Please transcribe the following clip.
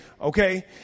okay